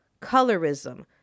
colorism